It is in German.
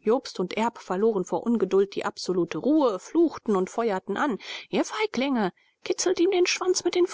jobst und erb verloren vor ungeduld die absolute ruhe fluchten und feuerten an ihr feiglinge kitzelt ihm den schwanz mit den